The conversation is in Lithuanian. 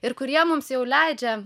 ir kurie mums jau leidžia